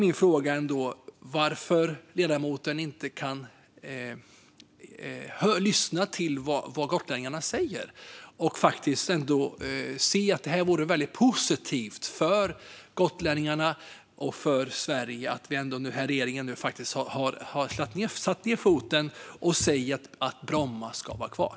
Min fråga är varför ledamoten inte kan lyssna till vad gotlänningarna säger och se att det är väldigt positivt för gotlänningarna och för Sverige att den här regeringen nu faktiskt har satt ned foten och sagt att Bromma ska vara kvar.